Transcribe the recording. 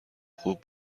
خوب